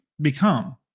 become